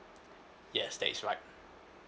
yes that is right